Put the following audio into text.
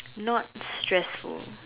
not stressful